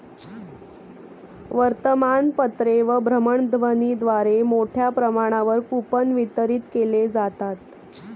वर्तमानपत्रे व भ्रमणध्वनीद्वारे मोठ्या प्रमाणावर कूपन वितरित केले जातात